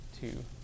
two